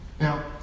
Now